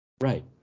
right